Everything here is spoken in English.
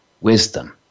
wisdom